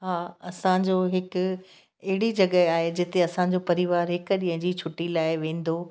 हा असांजो हिकु अहिड़ी जॻहि आहे जिते असांजो परिवारु हिकु ॾींहं जी छुटी लाइ वेंदो